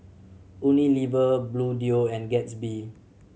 Unilever Bluedio and Gatsby